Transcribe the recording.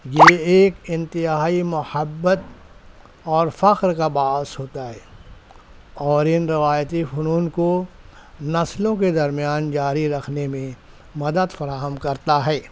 یہ ایک انتہائی محبت اور فخر کا باعث ہوتا ہے اور ان روایتی فنون کو نسلوں کے درمیان جاری رکھنے میں مدد فراہم کرتا ہے